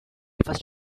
refers